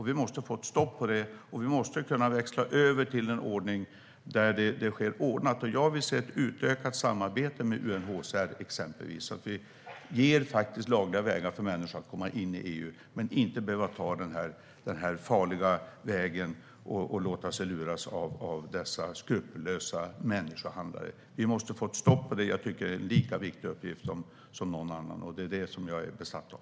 Vi måste få ett stopp på det, och vi måste kunna växla över till en ordning där detta sker ordnat. Jag vill exempelvis se ett utökat samarbete med UNHCR, så att vi skapar lagliga vägar för människor in i EU utan att de behöver ta den farliga vägen och låta sig luras av skrupellösa människohandlare. Vi måste få ett stopp på detta. Det tycker jag är en lika viktig uppgift som någon annan, och det är jag besatt av.